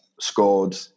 scored